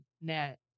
net